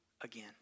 again